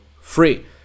free